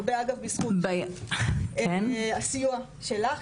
הרבה אגב בזכות הסיוע שלך,